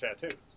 tattoos